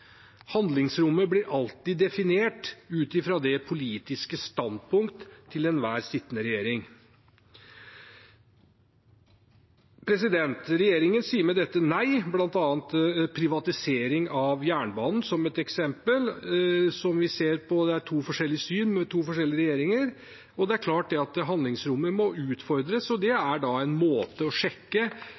Handlingsrommet blir alltid definert ut fra det politiske standpunkt til den til enhver tid sittende regjering. Regjeringen sier med dette nei, bl.a. er privatisering av jernbanen eksempel på noe vi ser på. Det er to forskjellige syn med to forskjellige regjeringer. Det er klart at handlingsrommet må utfordres, og det er da en måte å sjekke